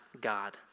God